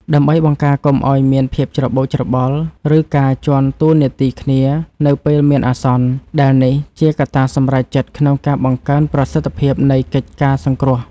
ដើម្បីបង្ការកុំឱ្យមានភាពច្របូកច្របល់ ឬការជាន់តួនាទីគ្នានៅពេលមានអាសន្ន ដែលនេះជាកត្តាសម្រេចចិត្តក្នុងការបង្កើនប្រសិទ្ធភាពនៃកិច្ចការសង្គ្រោះ។